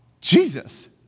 Jesus